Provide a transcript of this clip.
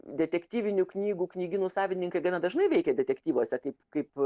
detektyvinių knygų knygynų savininkai gana dažnai veikia detektyvuose kaip kaip